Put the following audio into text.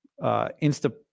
Insta